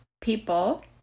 people